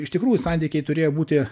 iš tikrųjų santykiai turėjo būti